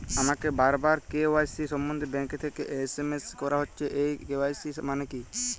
আমাকে বারবার কে.ওয়াই.সি সম্বন্ধে ব্যাংক থেকে এস.এম.এস করা হচ্ছে এই কে.ওয়াই.সি মানে কী?